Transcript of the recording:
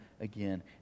again